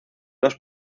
dos